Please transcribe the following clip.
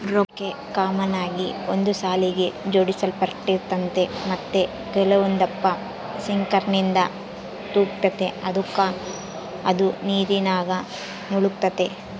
ಕೊಕ್ಕೆ ಕಾಮನ್ ಆಗಿ ಒಂದು ಸಾಲಿಗೆ ಜೋಡಿಸಲ್ಪಟ್ಟಿರ್ತತೆ ಮತ್ತೆ ಕೆಲವೊಂದಪ್ಪ ಸಿಂಕರ್ನಿಂದ ತೂಗ್ತತೆ ಅದುಕ ಅದು ನೀರಿನಾಗ ಮುಳುಗ್ತತೆ